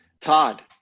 Todd